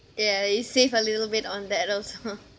ya you save a little bit on that also